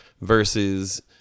versus